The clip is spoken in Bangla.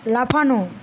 লাফানো